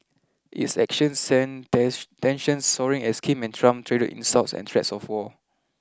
its actions sent tensions soaring as Kim and Trump traded insults and threats of war